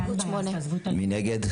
2. מי נגד?